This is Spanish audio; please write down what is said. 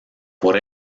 por